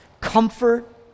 comfort